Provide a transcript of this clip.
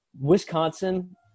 Wisconsin